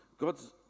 God's